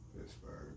Pittsburgh